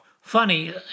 Funny